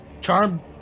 Charm